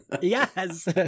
Yes